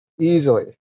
Easily